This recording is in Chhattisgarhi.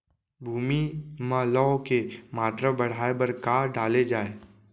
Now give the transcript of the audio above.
भूमि मा लौह के मात्रा बढ़ाये बर का डाले जाये?